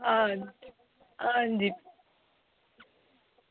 आं आं जी